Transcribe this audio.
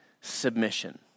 submission